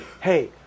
Hey